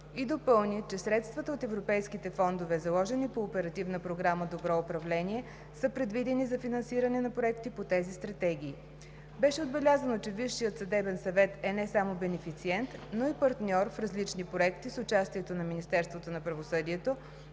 и допълни, че средствата от европейските фондове, заложени по Оперативна програма „Добро управление“, са предвидени за финансиране на проекти по тези стратегии. Беше отбелязано, че Висшият съдебен съвет е не само бенефициент, но и партньор в различни проекти с участието на Министерството на правосъдието,